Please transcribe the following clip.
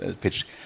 pitch